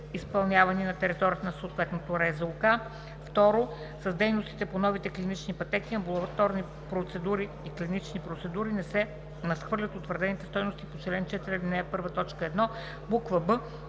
изпълнявани на територията на съответната РЗОК; 2. с дейностите по новите клинични пътеки, амбулаторни процедури и клинични процедури не се надхвърлят утвърдените стойности по чл. 4, ал.